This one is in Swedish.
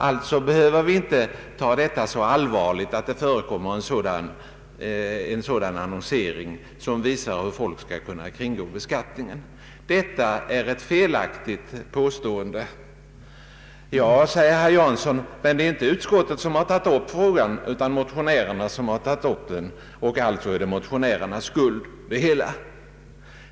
Detta är ett felaktigt påstående, men herr Jansson säger att det inte är utskottet som tagit upp frågan utan motionärerna och att det hela alltså är motionärernas skuld.